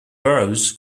burrows